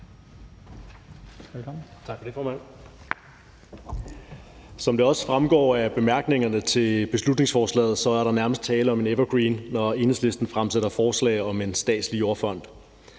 Som det også fremgår af bemærkningerne til beslutningsforslaget, er der nærmest tale om en evergreen, når Enhedslisten fremsætter forslag om en statslig jordfond.